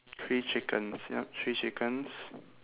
three chickens yup three chickens